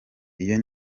iyo